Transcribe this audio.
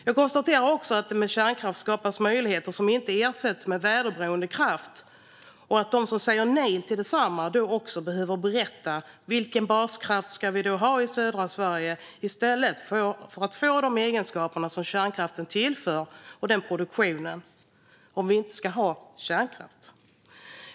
Jag konstaterar också att det med kärnkraft skapas möjligheter som inte ersätts med väderberoende kraft. De som säger nej till densamma behöver då berätta vilken baskraft vi ska ha i stället i södra i Sverige för att få de egenskaper som produktionen av kärnkraften tillför, om vi inte ska ha kärnkraft.